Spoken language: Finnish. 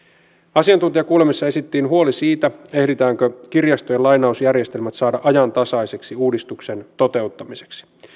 asiantuntijakuulemisissa esitettiin huoli siitä ehditäänkö kirjastojen lainausjärjestelmät saada ajantasaisiksi uudistuksen toteuttamiseksi